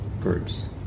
groups